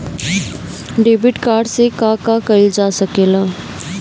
Debit card से का का कइल जा सके ला?